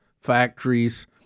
factories